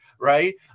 Right